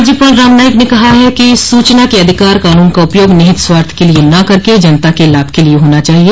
राज्यपाल राम नाईक ने कहा कि सूचना के अधिकार कानून का उपयोग निहित स्वार्थ के लिए न करके जनता के लाभ के लिए होना चाहिए